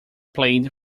played